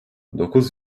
dokuz